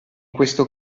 questo